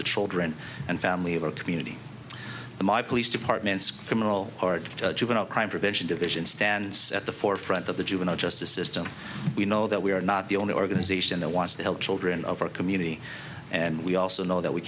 the children and family of our community my police department's criminal or juvenile crime prevention division stands at the forefront of the juvenile justice system we know that we are not the only organization that wants to help children of our community and we also know that we